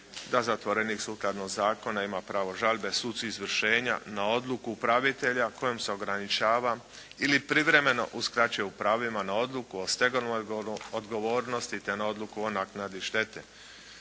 da zatvorenik sukladno zakonu ima pravo žalbe sucu izvršenja na odluku upravitelja kojom se ograničava ili privremeno uskraćuje u pravima na odluku o stegovnoj odgovornosti te na odluku o naknadi štete.